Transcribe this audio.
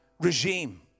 regime